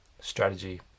strategy